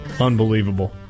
Unbelievable